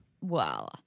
Wow